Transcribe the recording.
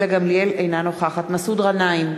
אינה נוכחת מסעוד גנאים,